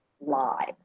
lives